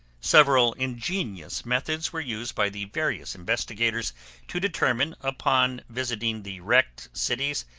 several ingenious methods were used by the various investigators to determine, upon visiting the wrecked cities,